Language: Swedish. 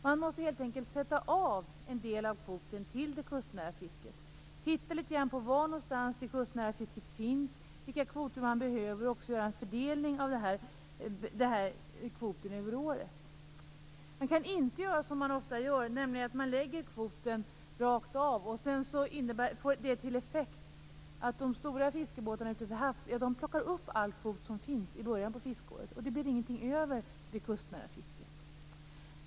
Man måste helt enkelt sätta av en del av kvoten till det kustnära fisket. Man måste se på var någonstans det kustnära fisket bedrivs, vilka kvoter som behövs och göra en fördelning av kvoten över året. Man kan inte fastställa en kvot rakt av, vilket ofta görs. Det får till effekt att de stora fiskebåtarna ute till havs plockar upp hela kvoten i början på fiskeåret. Det blir ingenting över till det kustnära fisket.